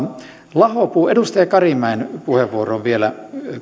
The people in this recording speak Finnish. edustaja karimäen puheenvuoroa vielä